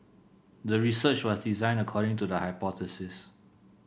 the research was designed according to the hypothesis